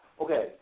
okay